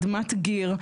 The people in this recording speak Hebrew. אדמת גיר,